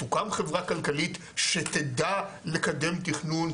תוקם חברה כלכלית שתדע לקדם תכנון,